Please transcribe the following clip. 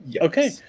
Okay